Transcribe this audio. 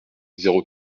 zéro